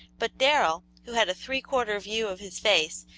but darrell, who had a three-quarter view of his face,